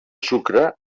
sucre